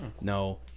No